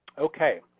ok,